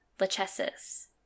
Lachesis